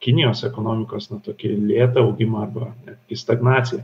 kinijos ekonomikos na tokį lėtą augimą arba į stagnaciją